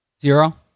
Zero